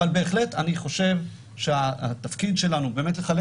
אבל אני בהחלט חושב שהתפקיד שלנו הוא לחלק